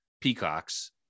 peacocks